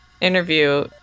Interview